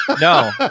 No